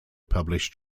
publish